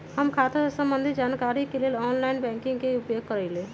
हम खता से संबंधित जानकारी के लेल ऑनलाइन बैंकिंग के उपयोग करइले